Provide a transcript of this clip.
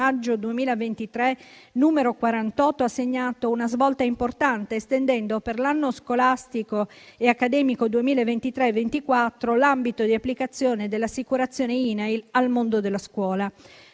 n. 48, ha segnato una svolta importante, estendendo per l'anno scolastico e accademico 2023-2024 l'ambito di applicazione dell'assicurazione INAIL al mondo della scuola.